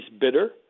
bitter